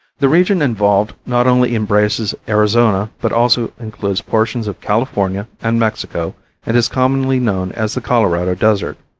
the region involved not only embraces arizona, but also includes portions of california and mexico and is commonly known as the colorado desert.